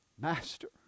Master